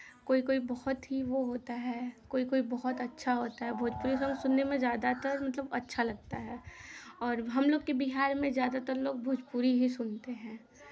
कोई कोई बहुत ही वो होता है कोई कोई बहुत अच्छा होता है भोजपुरी सॉन्ग सुनने में ज़्यादातर मतलब अच्छा लगता है और हम लोग के बिहार में ज़्यादातर लोग भोजपुरी ही सुनते हैं